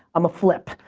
i'mma flip.